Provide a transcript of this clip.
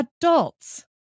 adults